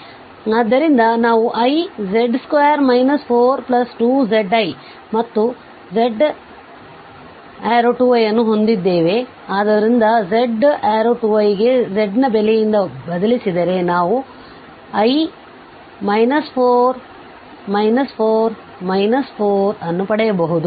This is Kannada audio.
ಆದ್ದರಿಂದ ನಾವುiz2 42ziಮತ್ತುz→2i ಅನ್ನು ಹೊಂದಿದ್ದೇವೆ ಆದ್ದರಿಂದ z→2i ಗೆ z ನ ಬೆಲೆಯಿಂದ ಬದಲಿಸಿದರೆ ನಾವುi 4 4 4 ಅನ್ನು ಪಡೆಯಬಹುದು